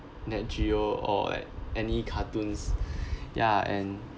nat geo or like any cartoons ya and